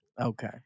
Okay